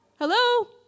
Hello